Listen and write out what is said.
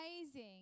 amazing